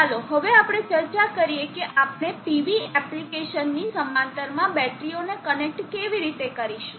ચાલો હવે આપણે ચર્ચા કરીએ કે આપણે PV એપ્લિકેશનની સમાંતર બેટરીઓને કનેક્ટ કેવી રીતે કરીશું